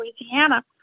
Louisiana